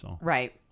Right